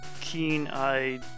keen-eyed